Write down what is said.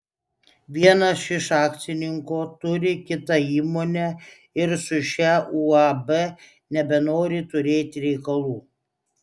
vienas iš akcininkų turi kitą įmonę ir su šia uab nebenori turėti reikalų